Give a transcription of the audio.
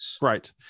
Right